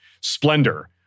splendor